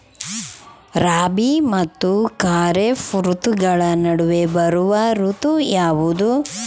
ರಾಬಿ ಮತ್ತು ಖಾರೇಫ್ ಋತುಗಳ ನಡುವೆ ಬರುವ ಋತು ಯಾವುದು?